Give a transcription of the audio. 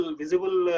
visible